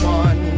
one